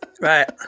Right